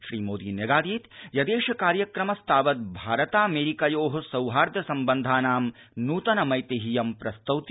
श्रीमोदी न्यगादीत यदेष कार्यक्रमस्तावद् भारताड़मेरिकयो सौहार्द सम्बन्धानां न्तनमैतिह्यं प्रस्तौति